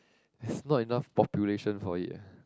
it's not enough population for it eh